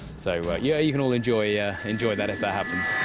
so yeah you can all enjoy yeah enjoy that if that happens.